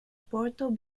portal